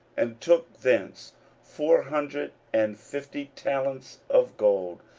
and took thence four hundred and fifty talents of gold,